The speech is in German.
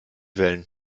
wellen